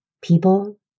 people